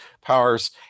powers